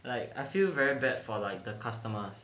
like I feel very bad for like the customers